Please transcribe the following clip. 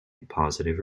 positive